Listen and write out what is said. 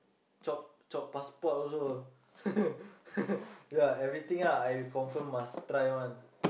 chop chop passport also ya everything ah I confirm must try [one]